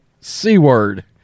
C-word